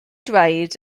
dweud